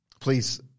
Please